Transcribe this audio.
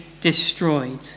destroyed